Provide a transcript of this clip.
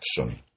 action